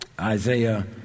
Isaiah